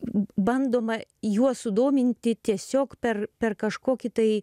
bandoma juos sudominti tiesiog per per kažkokį tai